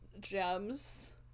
gems